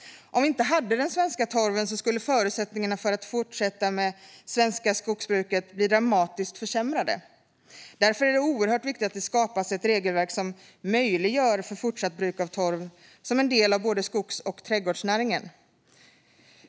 Om vi inte hade den svenska torven skulle förutsättningarna för att fortsätta med svenskt skogsbruk bli dramatiskt försämrade. Därför är det oerhört viktigt att det skapas ett regelverk som möjliggör ett fortsatt bruk av torv som en del av både skogs och trädgårdsnäringen.